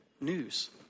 news